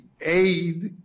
aid